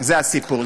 זה הסיפור.